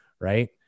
right